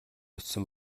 бичсэн